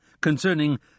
Concerning